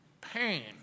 pain